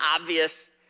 obvious